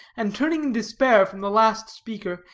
and turning in despair from the last speaker,